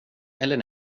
eller